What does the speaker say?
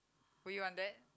will you want that